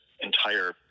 entire